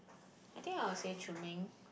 I think I would say Choon-Meng